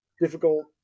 difficult